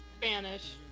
Spanish